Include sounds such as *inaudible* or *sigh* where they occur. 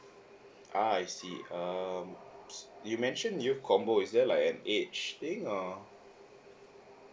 ah I see um *noise* you mention youth combo is there like an age thing or